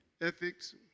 ethics